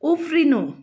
उफ्रिनु